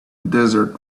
desert